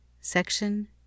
Section